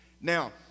now